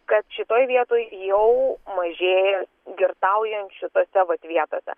kad šitoj vietoj jau mažėja girtaujančių tose vat vietose